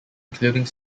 including